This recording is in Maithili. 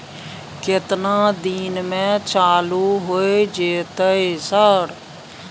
केतना दिन में चालू होय जेतै सर?